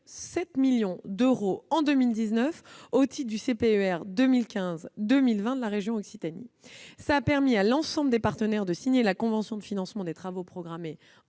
7 millions d'euros en 2019 au titre du contrat de plan État-région 2015-2020 de la région Occitanie, ce qui a permis à l'ensemble des partenaires de signer la convention de financement des travaux programmés